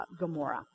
Gamora